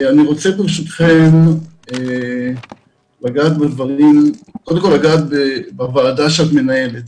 ברשותכם, אני רוצה לגעת בוועדה שאת מנהלת.